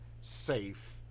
safe